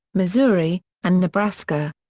missouri, and nebraska.